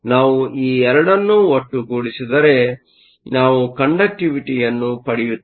ನಾವು ಈ ಎರಡನ್ನೂ ಒಟ್ಟುಗೂಡಿಸಿದರೆ ನಾವು ಕಂಡಕ್ಟಿವಿಟಿಯನ್ನು ಪಡೆಯುತ್ತೇವೆ